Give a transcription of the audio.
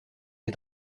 des